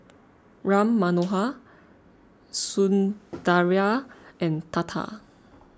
Ram Manohar Sundaraiah and Tata